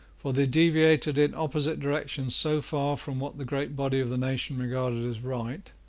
for they deviated in opposite directions so far from what the great body of the nation regarded as right,